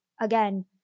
again